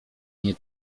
nie